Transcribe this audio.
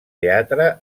teatre